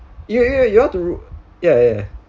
you you you all to ya ya ya